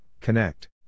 connect